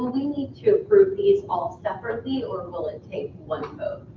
need to approve these all separately or will it take like